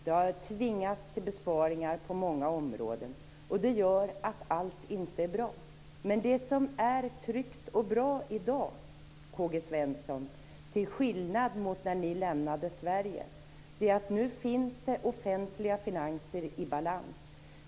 Man har tvingats till besparingar på många områden. Detta gör att allt inte är bra. Men det som är tryggt och bra i dag, K-G Svenson, till skillnad från när de borgerliga lämnade makten i Sverige är att det nu finns offentliga finanser i balans.